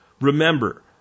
remember